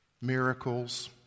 miracles